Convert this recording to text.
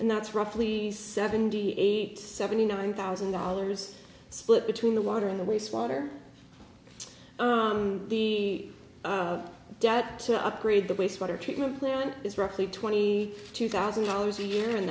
and that's roughly seventy eight seventy nine thousand dollars split between the water and the waste water the dad to upgrade the wastewater treatment plant is roughly twenty two thousand dollars a year and